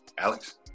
Alex